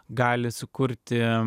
gali sukurti